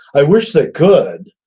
i wish they could,